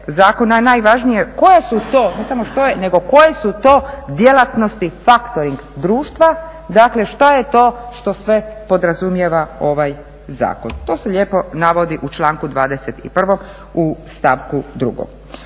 što je, nego koje su to djelatnosti faktoring društva? Dakle, što je to što sve podrazumijeva ovaj zakon? To se lijepo navodi u članku 21. u stavku 2.